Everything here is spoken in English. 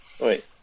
Wait